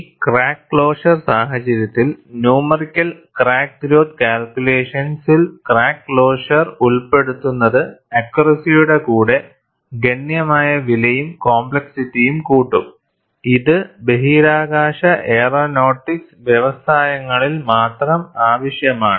ഈ crack closure സാഹചര്യത്തിൽ numerical crack growth കാല്കുലേഷനിൽ ക്രാക്ക് ക്ലോഷറിനെ ഉൾപ്പെടുത്തുന്നത് അക്ക്യൂറസിയുടെ കൂടെ ഗണ്യമായ വിലയും കോംപ്ലക്സിറ്റിയും കൂട്ടും ഇത് ബഹിരാകാശ എയറോനോട്ടിക്സ് വ്യവസായങ്ങളിൽ മാത്രം ആവശ്യമാണ്